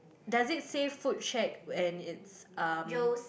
does it say food check and it's um